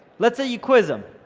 let's say you quiz em,